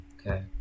okay